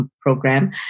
program